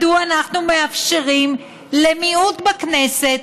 מדוע אנחנו מאפשרים למיעוט בכנסת,